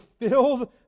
filled